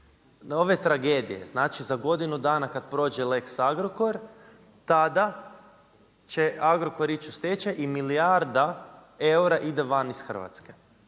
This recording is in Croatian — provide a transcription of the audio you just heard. ove tragedije, znači za godinu dana kada prođe lex Agrokor, tada će Agrokor ići u stečaj i milijarda eura ide van iz Hrvatske.